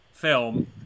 film